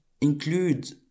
include